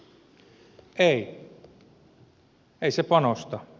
ei ei se panosta